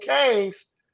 kings